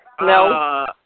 No